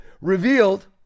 Revealed